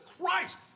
Christ